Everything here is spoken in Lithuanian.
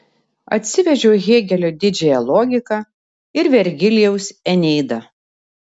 atsivežiau hėgelio didžiąją logiką ir vergilijaus eneidą